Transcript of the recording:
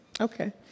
Okay